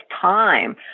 time